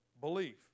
belief